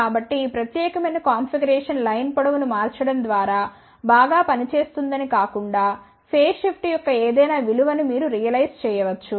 కాబట్టి ఈ ప్రత్యేకమైన కాన్ఫిగరేషన్ లైన్ పొడవును మార్చడం ద్వారా బాగా పనిచేస్తుందని కాకుండా ఫేజ్ షిఫ్ట్ యొక్క ఏదైనా విలువను మీరు రియలైజ్ చేయవచ్చు